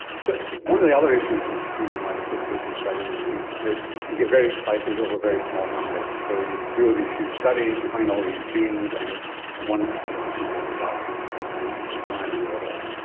so one of the other issues with genome wide association studies is that you get very excited over very small numbers. so you do these huge studies, you find all these genes, and it's one percent of people with alzheimer's disease and you think, well, um why have you bothered?